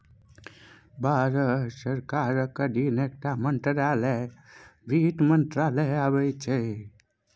भारत सरकारक अधीन एकटा मंत्रालय बित्त मंत्रालय छै